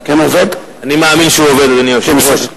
אני מאמין שהוא עובד, אדוני היושב-ראש.